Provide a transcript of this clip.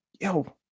Yo